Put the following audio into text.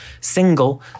single